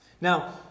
Now